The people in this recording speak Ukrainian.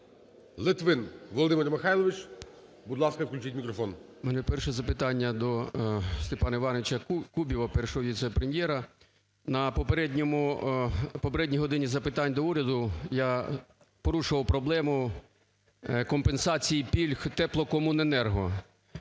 Литвин Володимир Михайлович. Будь ласка, включіть мікрофон. 11:05:44 ЛИТВИН В.М. В мене перше запитання до Степана ІвановичаКубіва, Першого віце-прем'єра. На попередній "годині запитань до Уряду" я порушував проблему компенсації пільг "Теплокомуненерго".